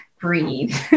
breathe